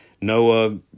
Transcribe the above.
Noah